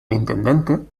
intendente